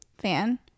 fan